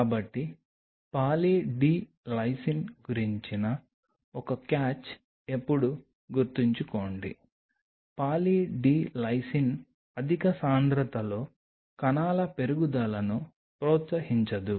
కాబట్టి poly D lysine గురించిన ఒక క్యాచ్ ఎప్పుడూ గుర్తుంచుకోండి పాలీ డి లైసిన్ అధిక సాంద్రతలో కణాల పెరుగుదలను ప్రోత్సహించదు